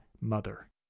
mother